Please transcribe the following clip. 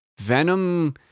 venom